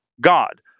God